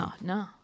No